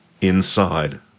inside